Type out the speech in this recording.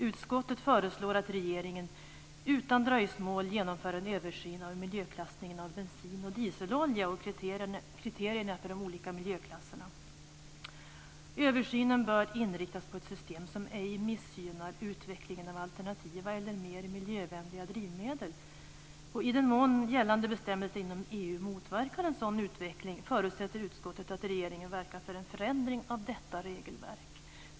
"Utskottet föreslår att regeringen utan dröjsmål genomför en översyn av miljöklassningen av bensin och dieselolja och kriterierna för de olika miljöklasserna. Översynen bör inriktas på ett system som ej missgynnar utvecklingen av alternativa eller mer miljövänliga drivmedel. I den mån gällande bestämmelser inom EU motverkar en sådan utveckling förutsätter utskottet att regeringen verkar för en förändring av detta regelverk."